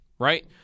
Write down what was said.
Right